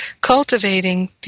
cultivating